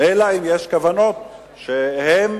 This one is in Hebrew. אלא אם כן יש כוונות שהן